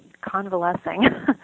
convalescing